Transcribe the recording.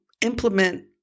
implement